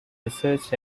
research